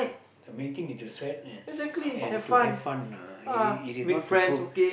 the main thing is to sweat and and to have fun ah it it is not to prove